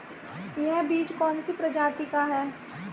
यह बीज कौन सी प्रजाति का है?